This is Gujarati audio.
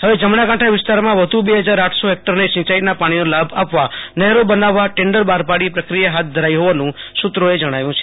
હવે જમણાકાંઠા વિસ્તારમાં વધુ બે જ્જાર આઠસો હેક્ટરને સિંચાઈના પાણીનો લાભ આપવા નહેરો બનાવવાના ટેન્ડર બહાર પાડી પ્રકિયા હાથ ધરાઈ હોવાનું સુ ત્રોએ જણાવ્યુ છે